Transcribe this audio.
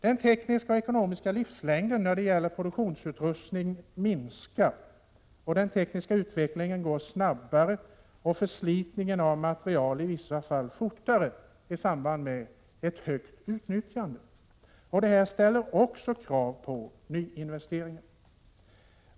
Den tekniska och ekonomiska livslängden när det gäller produktionsutrustning minskar, den tekniska utvecklingen går snabbare och förslitningen av material i vissa fall fortare i samband med ett högt utnyttjande. Detta ställer också krav på nyinvesteringar.